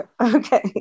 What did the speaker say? Okay